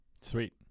Sweet